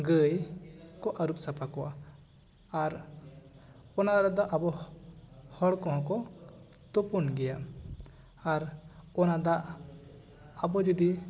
ᱜᱟᱹᱭ ᱠᱚ ᱟᱹᱨᱩᱜ ᱥᱟᱯᱷᱟ ᱠᱚᱣᱟ ᱟᱨ ᱚᱱᱟ ᱫᱟᱜ ᱨᱮᱫᱚ ᱟᱵᱚ ᱦᱚᱲ ᱠᱚᱦᱚᱸ ᱛᱩᱯᱩᱱ ᱜᱮᱭᱟ ᱟᱨ ᱚᱱᱟ ᱫᱟᱜ ᱟᱵᱚ ᱡᱩᱫᱤ